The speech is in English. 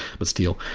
but still.